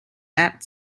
that